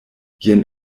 jen